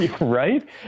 Right